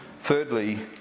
Thirdly